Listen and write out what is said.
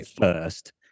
first